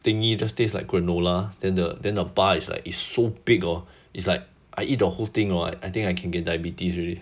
thingy just taste like granola then the then the bar is like is so big hor it's like I eat the whole thing hor I think I can get diabetes already